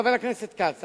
חבר הכנסת כץ,